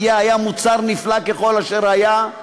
שהיה מוצר נפלא ככל אשר היה,